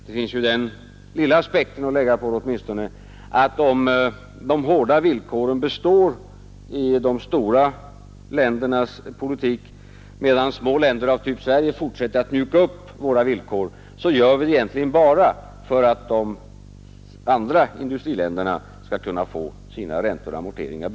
Det finns den lilla aspekten att anlägga åtminstone att om de hårda villkoren består i de stora ländernas politik, medan små länder av typ Sverige fortsätter att mjuka upp sina villkor, så gör vi det egentligen bara för att de andra industriländerna skall kunna få in sina räntor och amorteringar.